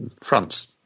France